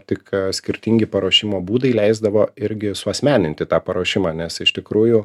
tik skirtingi paruošimo būdai leisdavo irgi suasmeninti tą paruošimą nes iš tikrųjų